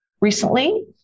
recently